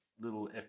little